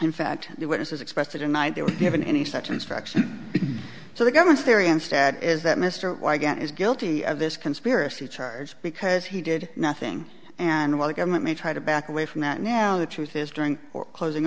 in fact the witnesses expected a night they were given any such instruction so the government's theory and stat is that mr wygant is guilty of this conspiracy charge because he did nothing and while the government may try to back away from that now the truth is during closing